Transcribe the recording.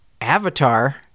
Avatar